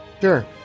Sure